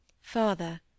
Father